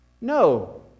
No